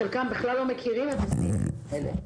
חלקם בכלל לא מכירים את הסעיפים האלה.